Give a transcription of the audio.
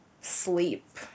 sleep